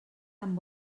tan